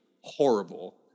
Horrible